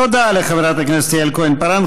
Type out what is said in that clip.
תודה לחברת הכנסת יעל כהן-פארן.